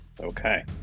Okay